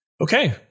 Okay